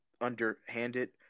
underhanded